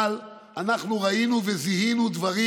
אבל אנחנו ראינו וזיהינו דברים